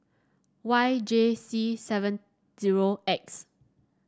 Y J C seven zero X